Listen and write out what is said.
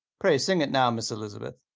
pray sing it now, miss elizabeth.